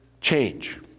change